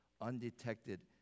Undetected